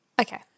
okay